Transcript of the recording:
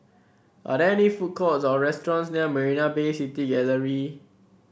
are there any food courts or restaurants near Marina Bay City Gallery